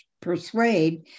persuade